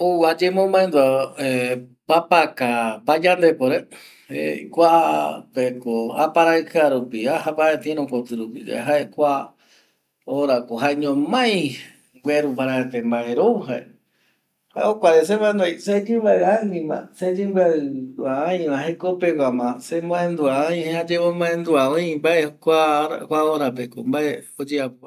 ﻿Ou ayemomandua papaka payandepore kuapeko aparaikia rupi aja paraete irü koti rupi yae jae kua horako jaeñomai gueru paraete mbae rou jae jae jokuare semaendua aï seyimbiaiyae anima seyimbiaiva aïva jekopeguama semandua aï ayemomaendua ai mbae kua horapeko mbae oyeapo